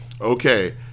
Okay